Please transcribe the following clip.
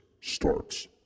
starts